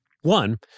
One